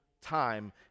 time